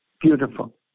Beautiful